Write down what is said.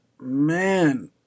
man